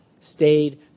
Stayed